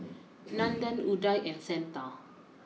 Nandan Udai and Santha